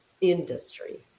industry